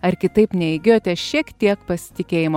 ar kitaip neįgijote šiek tiek pasitikėjimo